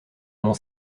mon